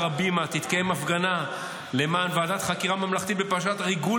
הבימה תתקיים הפגנה למען ועדת חקירה ממלכתית בפרשת ריגול